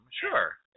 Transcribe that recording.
sure